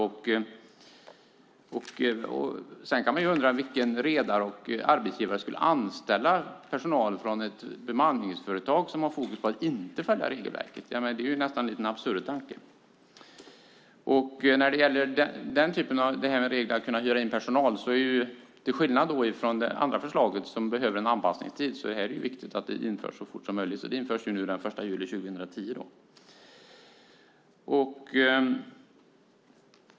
Man kan undra vilken redare och arbetsgivare som skulle anställa personal från ett bemanningsföretag som har fokus på att inte följa regelverket. Det är ju en absurd tanke. Till skillnad från det andra förslaget som behöver en anpassningstid är det viktigt att regeln att kunna hyra in personal införs så fort som möjligt. Den införs den 1 juli 2010.